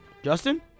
Justin